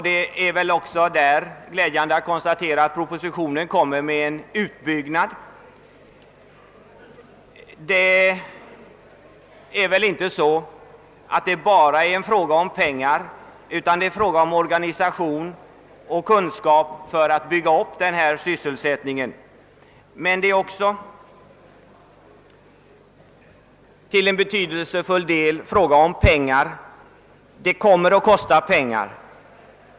Det är glädjande att konstatera att regeringen föreslår en utbyggnad också på denna punkt. Hur sysselsättningen skall kunna ökas är inte bara en fråga om pengar, utan det är också en fråga om organisation och kunskap, men det kom mer att behövas mycket pengar.